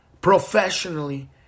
professionally